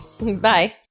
Bye